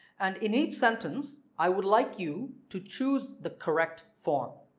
and in each sentence i would like you to choose the correct form.